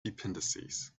dependencies